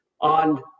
on